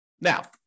Now